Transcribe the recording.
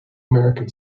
american